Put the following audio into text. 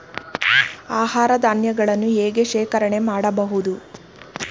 ಆಹಾರ ಧಾನ್ಯಗಳನ್ನು ಹೇಗೆ ಶೇಖರಣೆ ಮಾಡಬಹುದು?